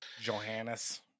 Johannes